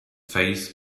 faced